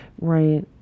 Right